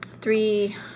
three